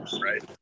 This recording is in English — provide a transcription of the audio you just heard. right